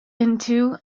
into